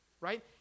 right